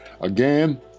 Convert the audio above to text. Again